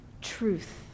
truth